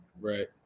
Right